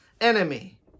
enemy